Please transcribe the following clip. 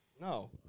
No